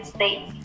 States